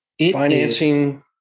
financing